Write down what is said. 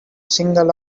single